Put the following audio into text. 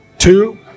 Two